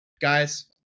guys